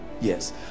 Yes